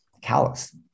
callous